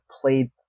played